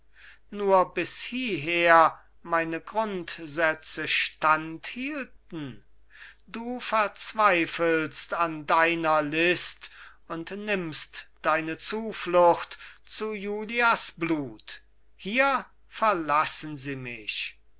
nur bis hieher meine grundsätze standhielten du verzweifelst an deiner list und nimmst deine zuflucht zu julias blut hier verlassen sie mich